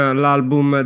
l'album